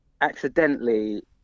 accidentally